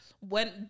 went